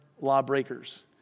lawbreakers